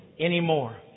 anymore